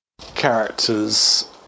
characters